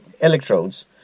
electrodes